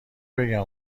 بگم